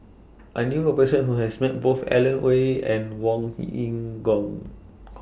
I knew A Person Who has Met Both Alan Oei and Wong Yin Gong